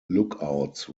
lookouts